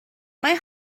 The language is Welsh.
mae